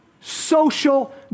social